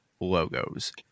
logos